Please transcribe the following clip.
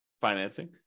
financing